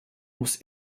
muss